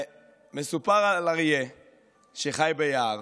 מסופר על אריה שחי ביער